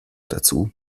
dazu